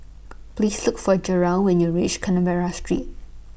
Please Look For Jarrell when YOU REACH Street